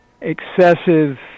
excessive